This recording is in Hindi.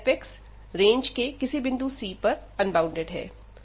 अतः fरेंज के किसी बिंदु c पर अनबॉउंडेड है